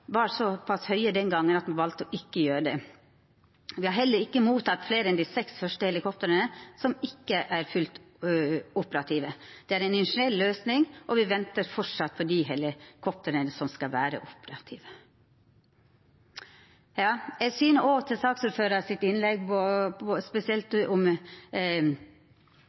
var såpass høye den gangen at man valgte ikke å gjøre det. Vi har heller ikke mottatt flere enn de seks første helikoptrene, som ikke er fullt operative. Det er en initiell løsning, og vi venter fortsatt på de helikoptrene som skal være operative.» Eg syner òg til saksordføraren sitt innlegg,